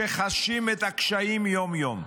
שחשים את הקשיים יום-יום,